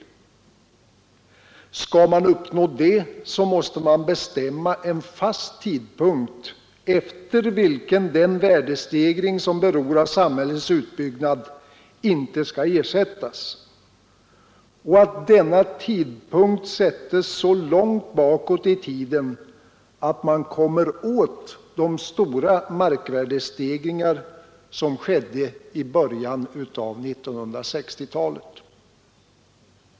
Skall man uppnå detta måste man bestämma en fast tidpunkt efter vilken den värdestegring som beror av samhällets utbyggnad inte skall ersättas. Och denna tidpunkt måste sättas så långt bakåt i tiden att man kommer åt de stora markvärdestegringar som skedde i början av 1960-talet.